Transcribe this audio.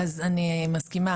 אני מסכימה,